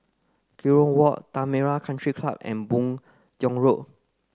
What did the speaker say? Kerong Walk Tanah Merah Country Club and Boon Tiong Road